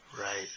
Right